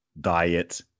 diet